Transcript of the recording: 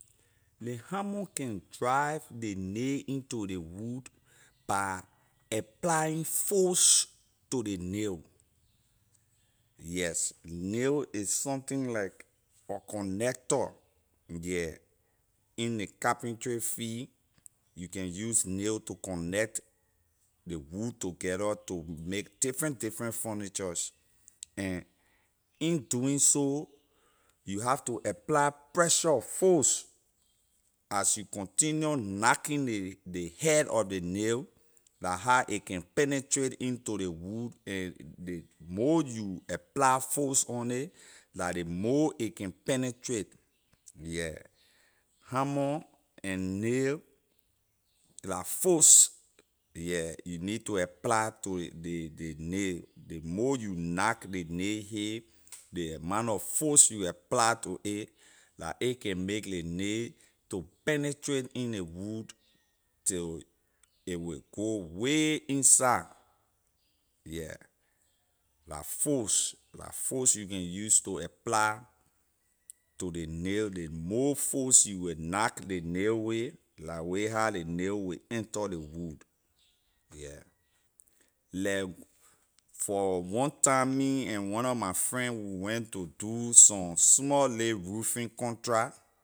Ley hammer can drive ley nail into ley wood by applying force to ley nail yes nail is something like a connector yeah in ley carpentry field you can use nail to connect ley wood together to make different different furnitures and in doing so you have to apply pressure force as you continue knacking ley ley head of ley nail la how a can penetrate into ley wood and ley more you apply force on it la ley more a can penetrate yeah hammer and nail la force yeah you need to apply to ley ley nail ley more you knack ley nail hay ley amount nor force you apply to a la a can make ley nail to penetrate in ley wood till a wey go way inside yeah la force la force you will use to apply to ley nail ley more force you wey knack ley nail with la way how ley nail will enter ley wood yeah like for one time me and one nor my friend we went to do some small ley roofing contract